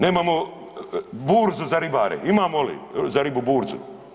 Nemamo burzu za ribare, imamo li, za ribu burzu?